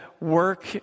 work